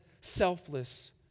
selfless